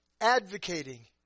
advocating